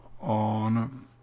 on